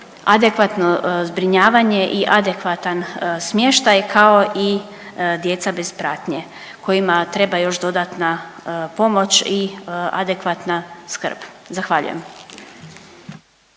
adekvatno zbrinjavanje i adekvatan smještaj, kao i djeca bez pratnje kojima treba još dodatna pomoć i adekvatna skrb, zahvaljujem.